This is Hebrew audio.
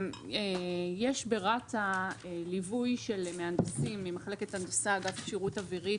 אז יש ברת"א ליווי של מהנדסים ממחלקת הנדסה אגף כשירות אווירית,